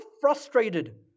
frustrated